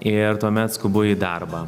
ir tuomet skubu į darbą